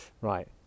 right